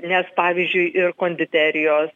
nes pavyzdžiui ir konditerijos